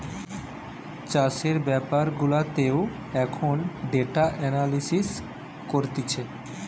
চাষের বেপার গুলাতেও এখন ডেটা এনালিসিস করতিছে